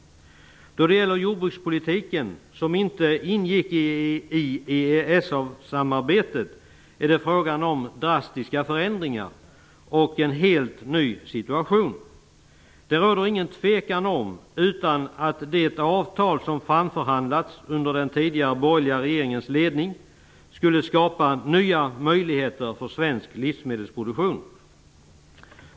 När det gäller jordbrukspolitiken, som inte ingick i EES-samarbetet, är det fråga om drastiska förändringar och en helt ny situation. Det råder inget tvivel om att det avtal som framförhandlats under den tidigare borgerliga regeringens ledning skulle skapa nya möjligheter för svensk livsmedelsproduktion.